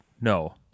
No